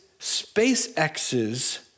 SpaceX's